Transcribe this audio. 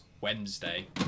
Wednesday